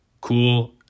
cool